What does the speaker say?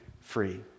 free